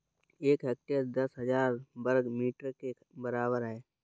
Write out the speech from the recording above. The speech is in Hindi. एक हेक्टेयर दस हजार वर्ग मीटर के बराबर है